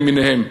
למיניהן,